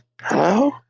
Hello